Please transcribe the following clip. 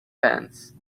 fence